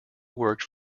worked